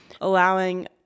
allowing